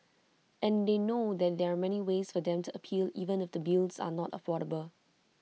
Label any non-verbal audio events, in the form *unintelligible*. and they know *unintelligible* there are many ways for them to appeal even if the bills are not affordable